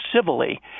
civilly